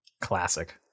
Classic